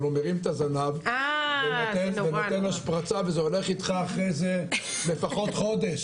אבל הוא מרים את הזנב ונותן השפרצה וזה הולך איתך אחרי זה לפחות חודש,